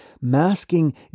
masking